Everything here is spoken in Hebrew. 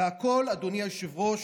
והכול, אדוני היושב-ראש,